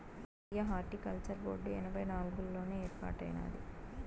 జాతీయ horticulture board ఎనభై నాలుగుల్లోనే ఏర్పాటైనాది